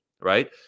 Right